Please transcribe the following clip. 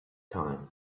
time